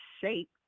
shape